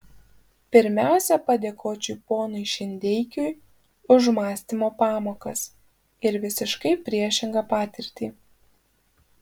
pirmiausia padėkočiau ponui šindeikiui už mąstymo pamokas ir visiškai priešingą patirtį